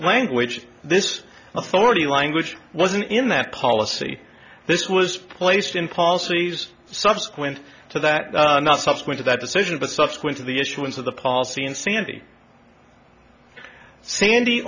language this authority language wasn't in that policy this was placed in policies subsequent to that not subsequent to that decision but subsequent to the issuance of the policy in sandy sandy